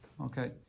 Okay